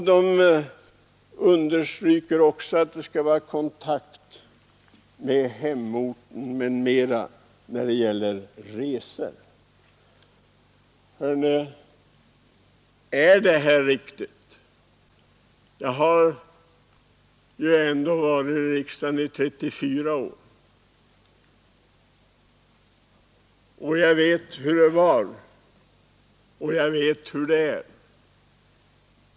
Man understryker också, när det gäller resor, att riksdagsledamöterna behöver hålla kontakt med hemorten m.m. Är det här riktigt? Jag har ändå varit i riksdagen i 34 år, jag vet hur det var och jag vet hur det är.